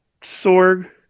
Sorg